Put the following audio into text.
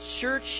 church